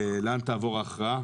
לאן תעבור ההכרעה.